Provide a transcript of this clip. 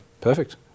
Perfect